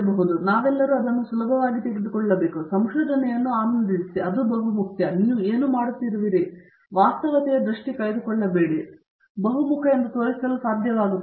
ಆದ್ದರಿಂದ ನಾವೆಲ್ಲರೂ ಅದನ್ನು ಸುಲಭವಾಗಿ ತೆಗೆದುಕೊಳ್ಳಬೇಕು ಸಂಶೋಧನೆಯನ್ನು ಆನಂದಿಸಿ ನೀವು ಏನು ಮಾಡುತ್ತಿರುವಿರಿ ವಾಸ್ತವತೆಯ ದೃಷ್ಟಿ ಕಳೆದುಕೊಳ್ಳಬೇಡಿ ನೀವು ಬಹುಮುಖ ಎಂದು ತೋರಿಸಲು ಸಾಧ್ಯವಾಗುತ್ತದೆ